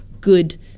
good